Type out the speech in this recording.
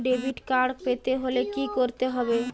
Debit card পেতে হলে কি করতে হবে?